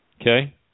Okay